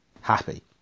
happy